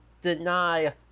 deny